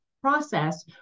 Process